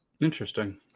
Interesting